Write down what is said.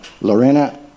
Lorena